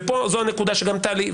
וזו הנקודה שגם טלי,